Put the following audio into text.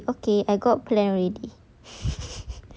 to asri okay I got plan already